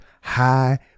high